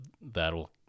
that'll